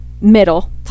middle